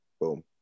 Boom